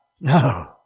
No